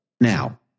Now